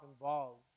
involved